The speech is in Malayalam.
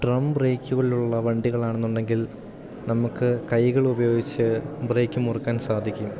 ഡ്രം ബ്രേക്കുകളിലുള്ള വണ്ടികളാണെന്നുണ്ടെങ്കിൽ നമുക്ക് കൈകളുപയോഗിച്ച് ബ്രേക്ക് മുറുക്കാൻ സാധിക്കും